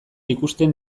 ikusten